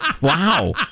wow